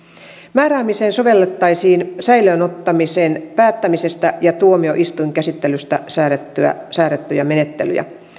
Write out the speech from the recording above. määräämiseen sovellettaisiin säilöön ottamisen päättämisestä ja tuomioistuinkäsittelystä säädettyjä säädettyjä menettelyjä